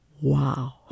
Wow